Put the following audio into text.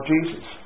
Jesus